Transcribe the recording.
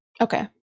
Okay